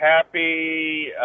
happy